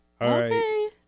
Okay